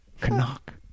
Canuck